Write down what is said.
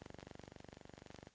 right